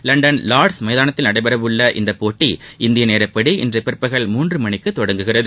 London Lord's மைதானத்தில் நடைபெறவுள்ள இப்போட்டி இந்திய நேரப்படி இன்று பிற்பகல் மூன்று மணிக்கு தொடங்குகிறது